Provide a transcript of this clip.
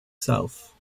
south